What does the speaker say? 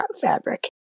fabric